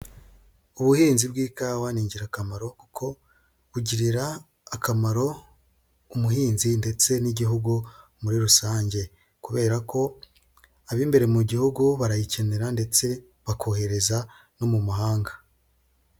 Ubuhinzi bw'ikawa ni ingirakamaro kuko kugirira akamaro umuhinzi ndetse n'Igihugu muri rusange, kubera ko ab'imbere mu gihugu barayikenera ndetse bakohereza no mu mahanga.